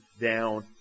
down